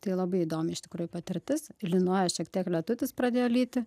tai labai įdomi iš tikrųjų patirtis lynojo šiek tiek lietutis pradėjo lyti